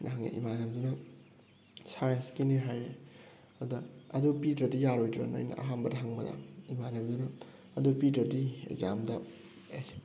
ꯑꯩꯅ ꯍꯪꯉꯦ ꯏꯃꯥꯟꯅꯕꯗꯨꯅ ꯁꯥꯏꯟꯁꯀꯤꯅꯦ ꯍꯥꯏꯔꯛꯑꯦ ꯑꯗ ꯑꯗꯨ ꯄꯤꯗ꯭ꯔꯗꯤ ꯌꯥꯔꯣꯏꯗ꯭ꯔꯥꯅ ꯑꯩꯅ ꯑꯍꯥꯟꯕꯗ ꯍꯪꯕꯗ ꯏꯃꯥꯟꯅꯕꯗꯨꯅ ꯑꯗꯨ ꯄꯤꯗ꯭ꯔꯗꯤ ꯑꯦꯛꯖꯥꯝꯗ ꯑꯦ